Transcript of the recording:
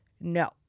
no